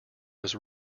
was